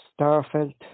Starfelt